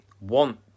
want